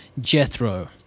Jethro